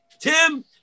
Tim